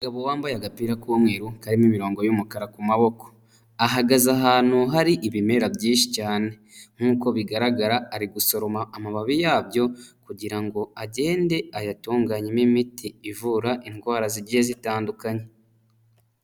Umugabo wambaye agapira k'umweru, karimo imirongo y'umukara ku maboko. Ahagaze ahantu hari ibimera byinshi cyane nk'uko bigaragara, ari gusoroma amababi yabyo kugirango agende ayatunganyemo imiti ivura indwara zigiye zitandukanye.